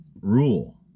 rule